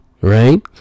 right